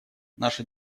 наша